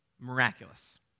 miraculous